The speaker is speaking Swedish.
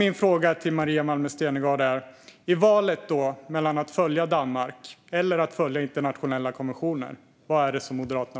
Min fråga till Maria Malmer Stenergard är: I valet mellan att följa Danmark och att följa internationella konventioner, vad väljer Moderaterna?